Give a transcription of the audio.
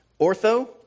Ortho